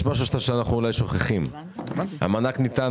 יש משהו שאנחנו אולי שוכחים: המענק ניתן